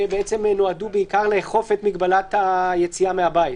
שבעצם נועדו בעיקר לאכוף את מגבלת היציאה מהבית.